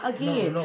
Again